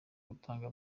gutanga